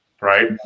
Right